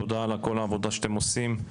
תודה על כל העבודה שאתם עושים,